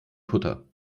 kutter